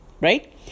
right